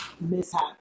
mishap